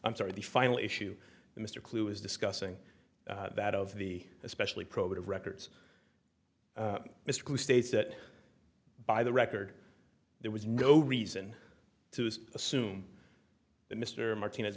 i'm sorry the final issue mr clue is discussing that of the especially probative records mr blue states that by the record there was no reason to assume that mr martinez